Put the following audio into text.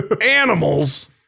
animals